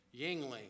Yingling